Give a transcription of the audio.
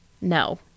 No